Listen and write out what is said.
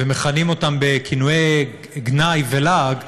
ומכנים אותם בכינויי גנאי ולעג,